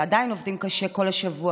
ועדיין עובדים קשה כל השבוע,